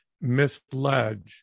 misled